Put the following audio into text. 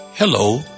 Hello